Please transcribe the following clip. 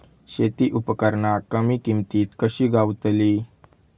शेती उपकरणा कमी किमतीत कशी गावतली?